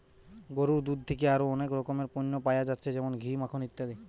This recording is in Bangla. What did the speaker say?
গরুর দুধ থিকে আরো অনেক রকমের পণ্য পায়া যাচ্ছে যেমন ঘি, মাখন ইত্যাদি